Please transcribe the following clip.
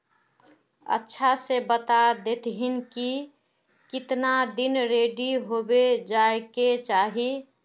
अच्छा से बता देतहिन की कीतना दिन रेडी होबे जाय के चही?